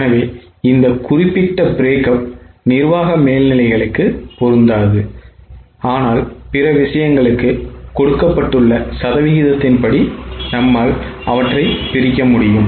எனவே இந்த குறிப்பிட்ட பிரேக்கப் நிர்வாக மேல்நிலைகளுக்கு பொருந்தாது ஆனால் பிற விஷயங்களுக்கு கொடுக்கப்பட்ட சதவீதத்தின் படி அவற்றை பிரிக்கலாம்